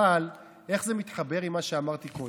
אבל איך זה מתחבר למה שאמרתי קודם?